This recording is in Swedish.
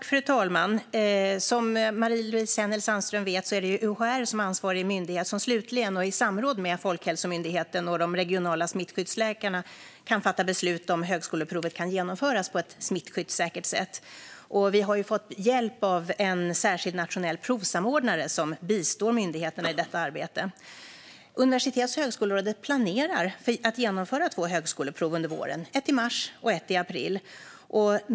Fru talman! Som Marie-Louise Hänel Sandström vet är det UHR som är ansvarig myndighet och som slutligen, i samråd med Folkhälsomyndigheten och de regionala smittskyddsläkarna, kan fatta beslut om huruvida högskoleprovet kan genomföras på ett smittskyddssäkert sätt. Vi har fått hjälp av en särskild nationell provsamordnare som bistår myndigheterna i detta arbete. Universitets och högskolerådet planerar att genomföra två högskoleprov under våren, ett i mars och ett i april.